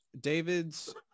david's